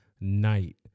night